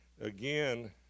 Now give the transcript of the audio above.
again